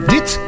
Dit